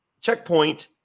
checkpoint